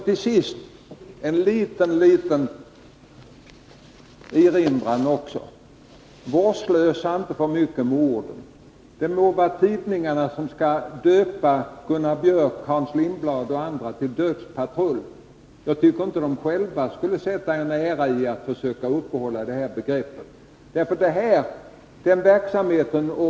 Till sist också en liten erinran: Varinte alltför vårdslösa med orden! Tidningarna må döpa Gunnar Björk, Hans Lindblad och andra till dödspatrull. Jag tycker inte att de själva skulle sätta en ära i att försöka upprätthålla det här begreppet, för den rationaliseringsverksamhet vi måste bedriva.